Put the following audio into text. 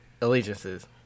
Allegiances